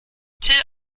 till